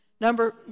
Number